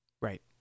Right